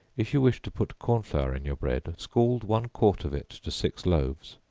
if you wish to put corn flour in your bread, scald one quart of it to six loaves,